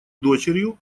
дочерью